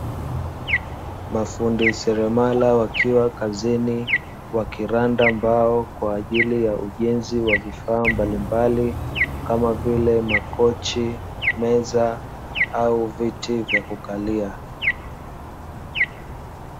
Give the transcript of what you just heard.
Mafundi seremala wakiwa kazini, wakiranda mbao kwa ajili ya ujenzi wa vifaa mbalimbali, kama vile: makochi, meza, au viti vya kukalia.